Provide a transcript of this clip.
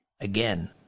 again